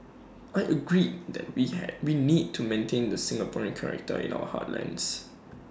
I agreed that we had we need to maintain the Singaporean character in our heartlands